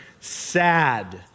Sad